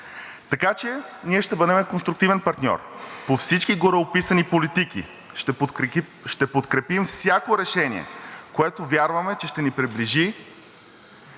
Така че ние ще бъдем конструктивен партньор по всички гореописани политики, ще подкрепим всяко решение, което вярваме, че ще ни приближи